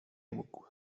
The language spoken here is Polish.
mógł